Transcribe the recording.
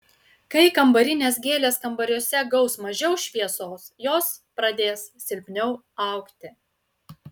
kai kambarinės gėlės kambariuose gaus mažiau šviesos jos pradės silpniau augti